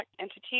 entity